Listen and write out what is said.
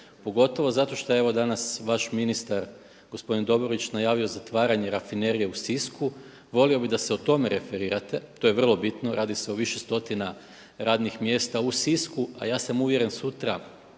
pogotovo zato što je evo danas vaš ministar gospodin Dobrović najavio zatvaranje rafinerije u Sisku. Volio bih da se o tome referirate, to je vrlo bitno, radi se o više stotina radnih mjesta u Sisku a ja sam uvjeren sutra